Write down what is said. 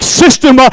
system